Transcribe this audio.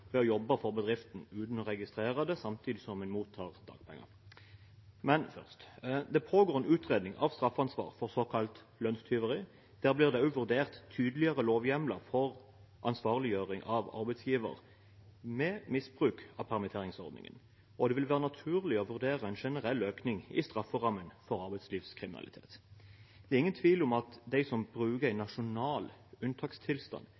ved å jobbe for bedriften uten å registrere det, samtidig som en mottar dagpenger. Men først: Det pågår en utredning av straffeansvar for såkalt lønnstyveri, og der blir det også vurdert tydeligere lovhjemler for ansvarliggjøring av arbeidsgiver ved misbruk av permitteringsordningen, og det vil være naturlig å vurdere en generell økning i strafferammen for arbeidslivskriminalitet. Det er ingen tvil om at de som bruker en nasjonal unntakstilstand